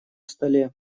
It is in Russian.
столе